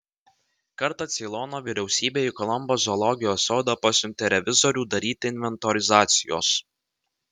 kartą ceilono vyriausybė į kolombo zoologijos sodą pasiuntė revizorių daryti inventorizacijos